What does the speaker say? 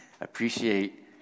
appreciate